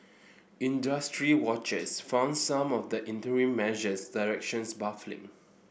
industry watchers found some of the interim measures directions baffling